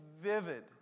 vivid